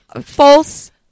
False